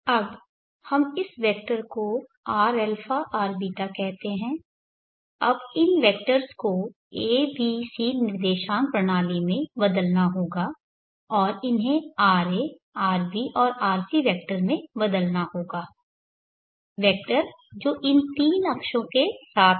अब हम इस वेक्टर को rα rβ कहते हैं अब इन वेक्टर्स को a b c निर्देशांक प्रणाली में बदलना होगा और इन्हें ra rb और rc वेक्टर में बदलना होगा वेक्टर जो इन तीनों अक्षों के साथ हैं